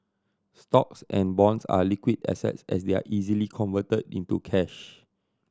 stocks and bonds are liquid assets as they are easily converted into cash